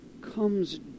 Comes